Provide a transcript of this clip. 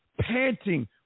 panting